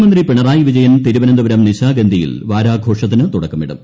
മുഖ്യമന്ത്രി പിണറായി വിജയൻ തിരുവനന്തപുരം നിശാഗന്ധിയിൽ വാരാഘോഷത്തിന് തുടക്കമിടും